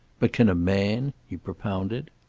but can a man? he propounded.